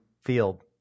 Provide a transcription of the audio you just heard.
Field